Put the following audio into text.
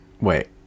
wait